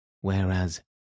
whereas